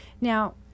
Now